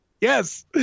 Yes